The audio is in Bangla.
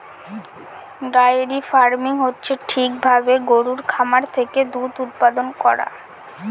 ডায়েরি ফার্মিং হচ্ছে ঠিক ভাবে গরুর খামার থেকে দুধ উৎপাদান করা